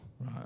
Right